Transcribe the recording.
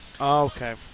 Okay